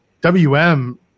WM